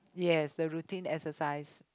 yes the routine exercise